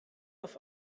auf